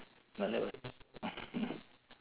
ya that was